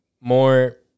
More